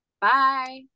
Bye